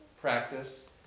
practice